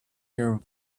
your